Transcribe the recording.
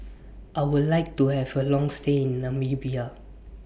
I Would like to Have A Long stay in Namibia